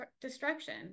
destruction